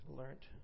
learned